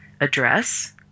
address